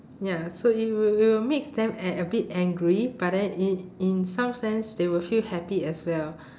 ya so it will it will makes them an~ a bit angry but then in in some sense they will feel happy as well